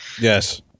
Yes